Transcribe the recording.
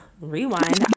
rewind